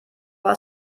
war